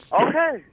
Okay